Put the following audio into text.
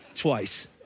twice